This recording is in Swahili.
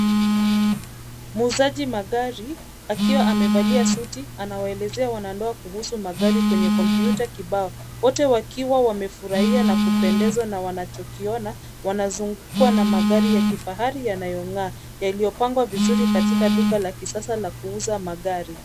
Muuzaji magari akiwa amevalia suti anawaelezea wanandoa kuhusu magari kwenye kompyuta kibao wote wakiwa wamefurahia na kupendezwa na wanachokiona. Wanazungukwa na magari ya kifahari yanayong'aa yaliyopangwa vizuri katika duka la kisasa la kuuza magari.